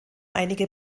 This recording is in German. einige